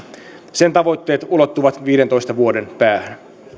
sen tavoitteet ulottuvat viidentoista vuoden päähän